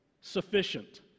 sufficient